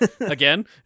Again